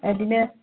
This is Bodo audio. बिदिनो